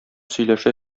сөйләшә